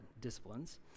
disciplines